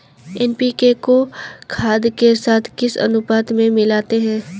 NPK को खाद के साथ किस अनुपात में मिलाते हैं?